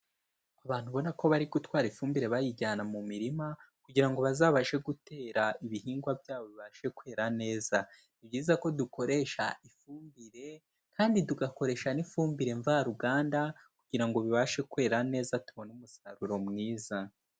Abantu ubona ko bari gutwara ifumbire bayijyana mu mirima kugira ngo bazabashe gutera ibihingwa byabo bibashe kwera neza. Ni byiza ko dukoresha ifumbire kandi tugakoresha n'ifumbire mvaruganda kugira ngo bibashe kwera neza tubone umusaruro mwiza.